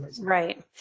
Right